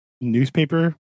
newspaper